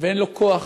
ואין לו כוח,